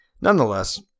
Nonetheless